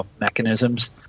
mechanisms